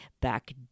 back